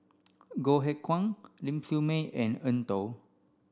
Goh Eck Kheng Ling Siew May and Eng Tow